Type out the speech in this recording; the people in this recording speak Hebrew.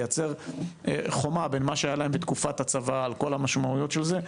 לייצר חומה בין מה שהיה להם בתקופת הצבא על כל המשמעויות של זה,